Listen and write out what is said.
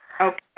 Okay